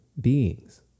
beings